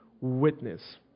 witness